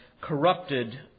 corrupted